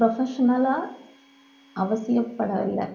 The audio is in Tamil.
ப்ரொஃபஷ்னலாக அவசியப்படலை